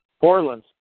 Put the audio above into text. Portland